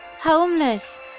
homeless